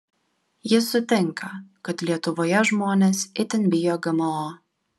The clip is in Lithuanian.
ji sutinka kad lietuvoje žmonės itin bijo gmo